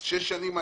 אז שש שנים היה,